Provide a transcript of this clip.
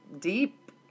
deep